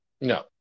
No